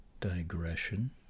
digression